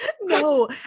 no